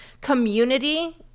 Community